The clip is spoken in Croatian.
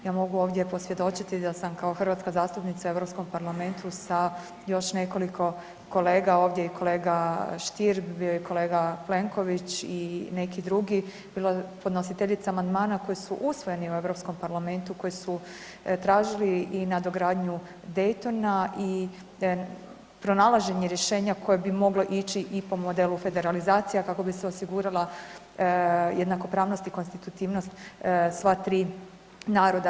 Ja mogu ovdje posvjedočiti da sam kao hrvatska zastupnica u Europskom parlamentu sa još nekoliko kolega ovdje i kolega Stier je bio, bio je i kolega Plenković i neki drugi, bila podnositeljica amandmana koji su usvojeni u Europskom parlamentu koji su tražili i nadogradnju Daytona i pronalaženje rješenja koje bi moglo ići i po modelu federalizacije a kako bi se osigurala jednakopravnost i konstitutivnost sva tri naroda.